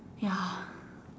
ya